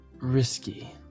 risky